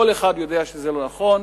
כל אחד יודע שזה לא נכון,